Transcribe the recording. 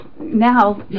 now